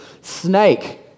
snake